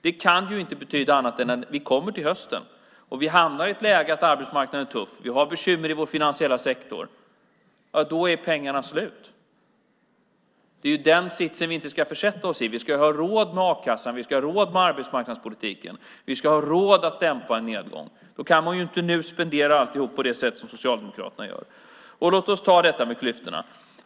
Det kan inte betyda annat än att vi när vi kommer till hösten och hamnar i ett läge där arbetsmarknaden är tuff och vi har bekymmer i vår finansiella sektor är pengarna slut. Det är den sitsen vi inte ska försätta oss i. Vi ska ha råd med a-kassan, vi ska ha råd med arbetsmarknadspolitiken och vi ska ha råd att dämpa en nedgång. Då kan man inte nu spendera alltihop på det sätt som Socialdemokraterna gör. Låt oss ta upp detta med klyftorna.